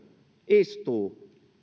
istuu